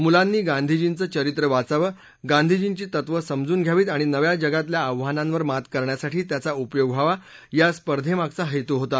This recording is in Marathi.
मुलांनी गांधीजींचं चरित्र वाचावं गांधीजींची तत्व समजून घ्यावीत आणि नव्या जगातल्या आव्हानांवर मात करण्यासाठी त्याचा उपयोग व्हावा हा या स्पर्धेमागचा हेतू होता